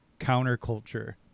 counterculture